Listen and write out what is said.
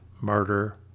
murder